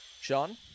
Sean